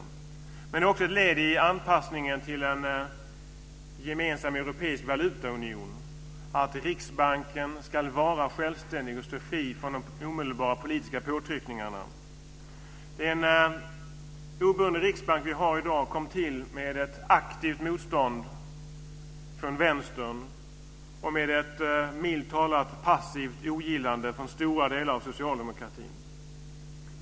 Men den är också ett led i anpassningen till en gemensam europeisk valutaunion, dvs. Riksbanken ska vara självständig och stå fri från de omedelbara politiska påtryckningarna. Den obundna riksbank vi har i dag kom till med ett aktivt motstånd från Vänstern och med ett milt talat passivt ogillande från stora delar av socialdemokratin.